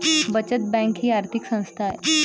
बचत बँक ही आर्थिक संस्था आहे